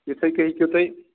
یِتھَے کَنۍ ہیٚکِو تُہۍ